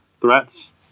threats